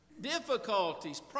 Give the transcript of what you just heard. difficulties